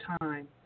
time